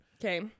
Okay